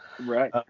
Right